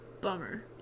bummer